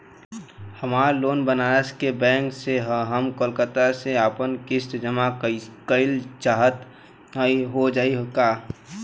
हमार लोन बनारस के बैंक से ह हम कलकत्ता से आपन किस्त जमा कइल चाहत हई हो जाई का?